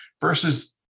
versus